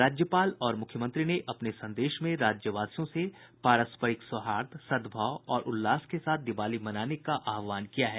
राज्यपाल और मुख्यमंत्री ने अपने संदेश में राज्यवासियों से पारस्परिक सौहार्द सद्भाव और उल्लास के साथ दिवाली मनाने का आहवान किया है